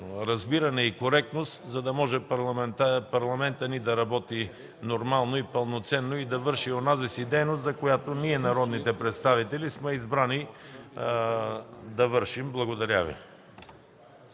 разбиране и коректност, за да може Парламентът ни да работи нормално и пълноценно и да върши онази дейност, която ние, народните представители, сме избрани да вършим. Благодаря.